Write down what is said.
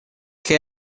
che